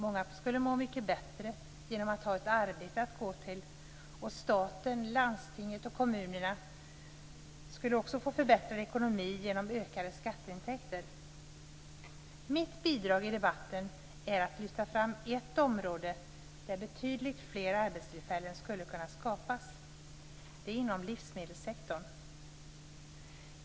Många skulle må mycket bättre genom att ha ett arbete att gå till. Staten, landstingen och kommunerna skulle också få förbättrad ekonomi genom ökade skatteintäkter. Mitt bidrag i debatten är att lyfta fram ett område där betydligt fler arbetstillfällen skulle kunna skapas, och det är inom livsmedelssektorn.